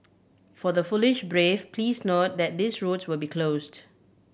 for the foolish brave please note that these roads will be closed